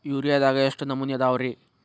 ಯೂರಿಯಾದಾಗ ಎಷ್ಟ ನಮೂನಿ ಅದಾವ್ರೇ?